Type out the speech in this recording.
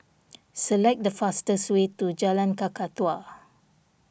select the fastest way to Jalan Kakatua